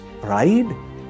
pride